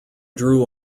drew